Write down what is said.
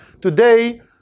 Today